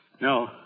No